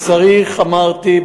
אמרתי,